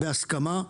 בהסכמה,